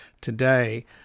today